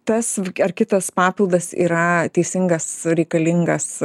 tas ar kitas papildas yra teisingas reikalingas